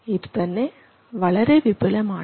ഇതുതന്നെ വളരെ വിപുലമാണ്